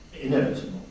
inevitable